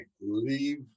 leave